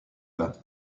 bas